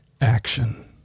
action